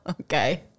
Okay